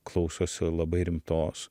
klausosi labai rimtos